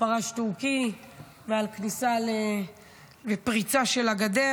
פרש טורקי ועל כניסה ופריצה של הגדר.